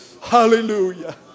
Hallelujah